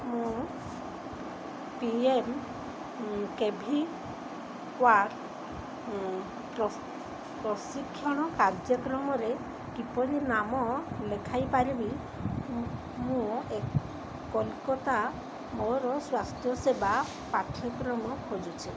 ମୁଁ P M K V Y ପ୍ରଶିକ୍ଷଣ କାର୍ଯ୍ୟକ୍ରମରେ କିପରି ନାମ ଲେଖାଇପାରିବି ମୁଁ ଏ କୋଲକତା ମୋର ସ୍ୱାସ୍ଥ୍ୟସେବା ପାଠ୍ୟକ୍ରମ ଖୋଜୁଛି